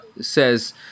says